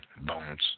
Bones